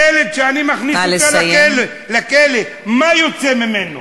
ילד שאני מכניס לכלא, מה יוצא ממנו?